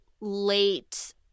late